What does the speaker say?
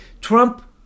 Trump